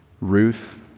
Ruth